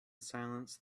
silence